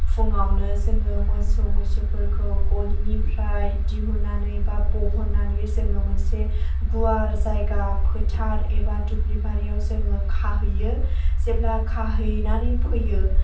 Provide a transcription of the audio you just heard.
फुङावनो जोङो मोसौ मैसोफोरखौ गलिनिफ्राय दिहुननानै बा दिहुननानै जोङो मोनसे गुवार जायगा फोथार एबा दुब्लि बारियाव जोङो खाहैयो जेब्ला खाहैनानै फैयो